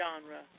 genre